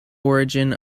origin